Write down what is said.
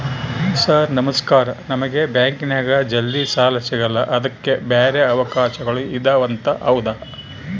Sir ನಮಸ್ಕಾರ ನಮಗೆ ಬ್ಯಾಂಕಿನ್ಯಾಗ ಜಲ್ದಿ ಸಾಲ ಸಿಗಲ್ಲ ಅದಕ್ಕ ಬ್ಯಾರೆ ಅವಕಾಶಗಳು ಇದವಂತ ಹೌದಾ?